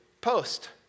post